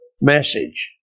message